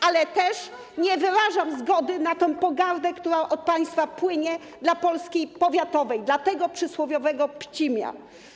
Ale też nie wyrażam zgody na tę pogardę, która od państwa płynie dla Polski powiatowej, dla tego przysłowiowego Pcimia.